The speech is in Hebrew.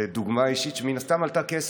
דוגמה אישית שמן הסתם עלתה כסף.